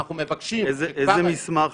ואנחנו מבקשים שכבר --- לאיזה מסמך,